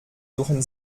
suchen